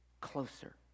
Closer